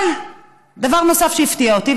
אבל דבר נוסף שהפתיע אותי,